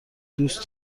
دوست